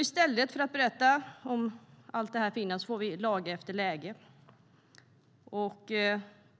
I stället för att berätta om allt det här fina får vi laga efter läge.